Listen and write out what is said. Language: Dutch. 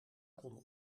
kon